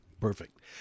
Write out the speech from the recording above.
perfect